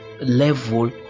level